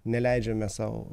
neleidžiame sau